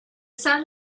sun